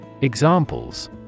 Examples